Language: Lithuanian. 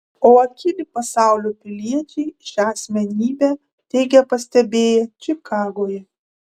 o akyli pasaulio piliečiai šią asmenybę teigia pastebėję čikagoje